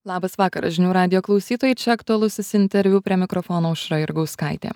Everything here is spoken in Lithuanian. labas vakaras žinių radijo klausytojai čia aktualusis interviu prie mikrofono aušra jurgauskaitė